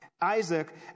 Isaac